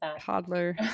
toddler